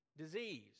Disease